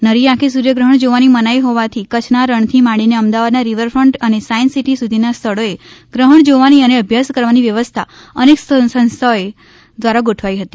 નરી આંખે સૂર્યગ્રહણ જોવાની મનાઈ હોવાથી કચ્છના રણથી માંડીને અમદાવાદના રિવરફન્ટ અને સાયન્સ સિટી સુધીના સ્થળોએ ગ્રહણ જોવાની અને અભ્યાસ કરવાની વ્યવસ્થા અનેક સંસ્થાઓ દ્વારા ગોઠવાઈ હતી